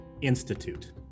institute